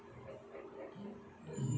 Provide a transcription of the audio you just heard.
mm